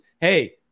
Hey